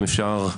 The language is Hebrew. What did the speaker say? אם אפשר,